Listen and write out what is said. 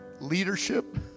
leadership